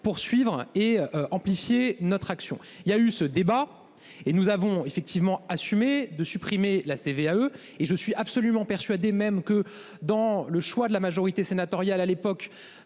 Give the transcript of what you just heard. poursuivre et amplifier notre action, il y a eu ce débat et nous avons effectivement assumé de supprimer la CVAE. Et je suis absolument persuadé même que dans le choix de la majorité sénatoriale à l'époque